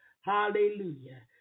Hallelujah